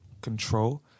control